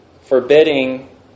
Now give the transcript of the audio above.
forbidding